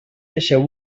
deixeu